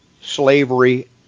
slavery